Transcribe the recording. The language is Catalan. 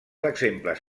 exemples